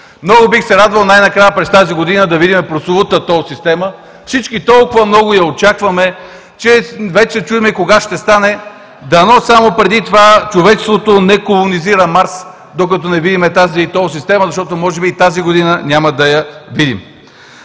Много бих се радвал най-накрая през тази година да видим прословутата тол система. Всички толкова много я очакваме, че вече се чудим кога ще стане. Дано само преди това човечеството не колонизира Марс, докато не видим тази тол система, защото може би и тази година няма да я видим.